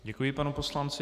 Děkuji panu poslanci.